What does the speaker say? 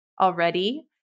already